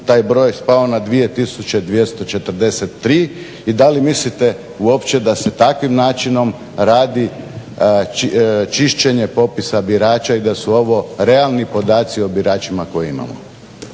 taj broj je spao na 2243 i da li mislite uopće da se takvim načinom radi čišćenje popisa birači i da su ovo realni podaci o biračima koje imamo.